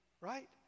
right